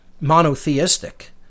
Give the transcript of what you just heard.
monotheistic